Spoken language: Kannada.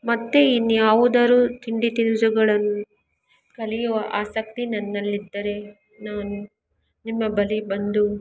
ಮತ್ತೆ ಇನ್ಯಾವುದರು ತಿಂಡಿ ತಿನಿಸುಗಳನ್ನ ಕಲಿಯುವ ಆಸಕ್ತಿ ನನ್ನಲ್ಲಿದ್ದರೆ ನಾನು ನಿಮ್ಮ ಬಳಿ ಬಂದು